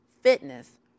fitness